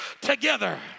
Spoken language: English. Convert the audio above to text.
together